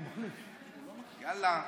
יאללה.